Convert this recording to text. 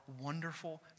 wonderful